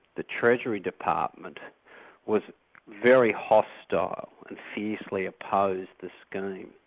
the treasury department was very hostile and fiercely opposed the scheme.